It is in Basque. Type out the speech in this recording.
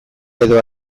edo